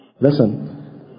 Listen